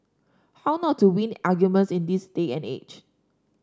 how not to win arguments in this day and age